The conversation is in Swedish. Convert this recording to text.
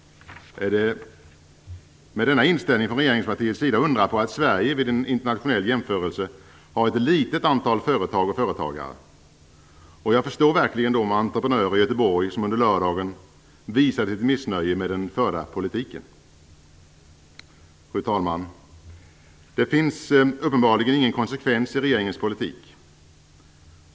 Är det med denna inställning från regeringspartiets sida undra på att Sverige vid en internationell jämförelse har ett litet antal företag och företagare? Jag förstår verkligen de entreprenörer i Göteborg som under lördagen visade sitt missnöje med den förda politiken. Fru talman! Det finns uppenbarligen ingen konsekvens i regeringens politik.